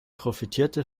profitierte